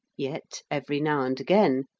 yet every now and again,